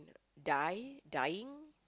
die dying